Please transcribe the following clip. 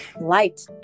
light